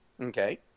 Okay